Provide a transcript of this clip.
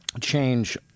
change